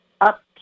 up